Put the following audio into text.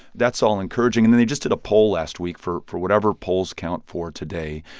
that's all encouraging. and then they just did a poll last week, for for whatever polls count for today,